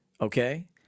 okay